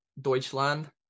Deutschland